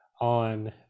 on